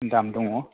दाम दङ